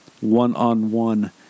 one-on-one